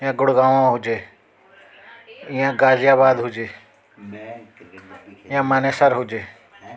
या गुड़गांवा हुजे या गाजियाबाद हुजे या मानेसर हुजे